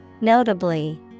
Notably